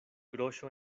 groŝo